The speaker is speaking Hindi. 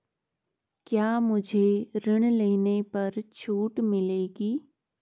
क्या मुझे ऋण लेने पर छूट मिलेगी?